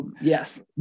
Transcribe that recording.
Yes